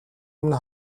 өмнө